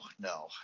no